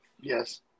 Yes